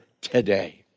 today